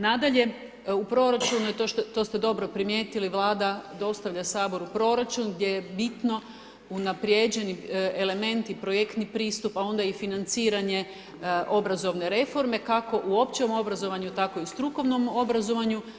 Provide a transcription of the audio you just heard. Nadalje, u proračunu je i to ste dobro primijetili Vlada dostavlja Saboru proračun gdje je bitno unapređeni elementi i projektni pristup a onda i financiranje obrazovne reforme kako u općem obrazovanju, tako i u strukovnom obrazovanju.